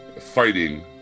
fighting